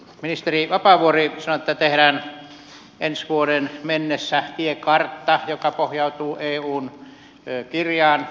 ministeri vapaavuori sanoi että tehdään ensi vuoteen mennessä tiekartta joka pohjautuu eun kirjaan